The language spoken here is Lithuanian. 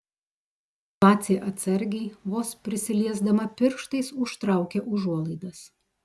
vacė atsargiai vos prisiliesdama pirštais užtraukia užuolaidas